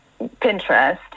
Pinterest